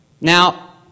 Now